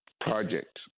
project